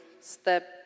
step